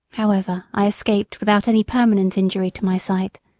however, i escaped without any permanent injury to my sight,